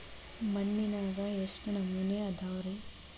ಮಣ್ಣಿನಾಗ ಎಷ್ಟು ನಮೂನೆ ಅದಾವ ರಿ?